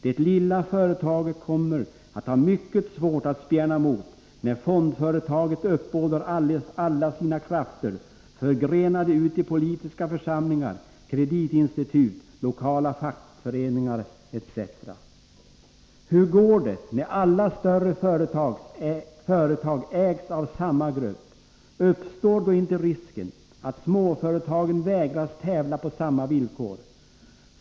Det lilla företaget kommer att ha mycket svårt att spjärna emot, när fondföretaget uppbådar alla sina krafter, förgrenade ut i politiska församlingar, kreditinstitut, lokala fackföreningar etc. Hur går det när alla större företag ägs av samma grupp? Uppstår då inte risken att småföretagen vägras tävla på samma villkor?